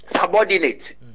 subordinate